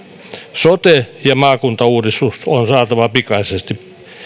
sote ja maakuntauudistus on saatava pikaisesti